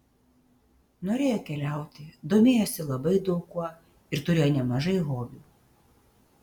norėjo keliauti domėjosi labai daug kuo ir turėjo nemažai hobių